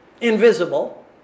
invisible